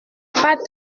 pas